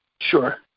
Sure